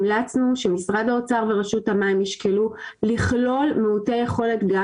המלצנו שמשרד האוצר ורשות המים ישקלו לכלול מיעוטי יכולת גם